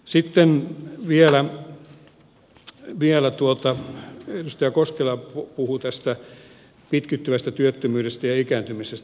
sitten vielä edustaja koskela puhui tästä pitkittyvästä työttömyydestä ja ikääntymisestä